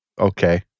okay